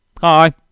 hi